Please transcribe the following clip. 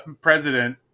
president